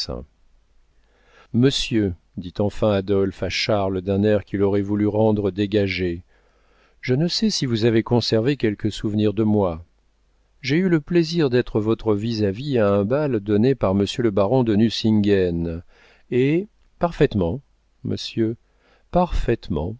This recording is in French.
monsieur dit enfin adolphe à charles d'un air qu'il aurait voulu rendre dégagé je ne sais si vous avez conservé quelque souvenir de moi j'ai eu le plaisir d'être votre vis-à-vis à un bal donné par monsieur le baron de nucingen et parfaitement monsieur parfaitement